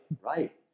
Right